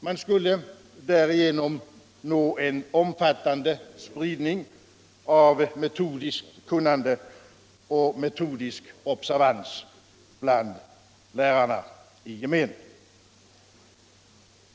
Man skulle därigenom nå en omfattande spridning av ett metodiskt kunnande och metodisk observans bland lärarna i gemen.